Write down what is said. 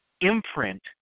imprint